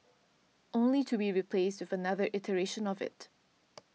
only to be replaced with another iteration of it